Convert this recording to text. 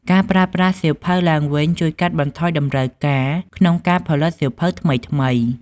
ការប្រើប្រាស់សៀវភៅឡើងវិញជួយកាត់បន្ថយតម្រូវការក្នុងការផលិតសៀវភៅថ្មីៗ។